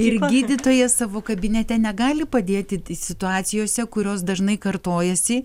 ir gydytojas savo kabinete negali padėti situacijose kurios dažnai kartojasi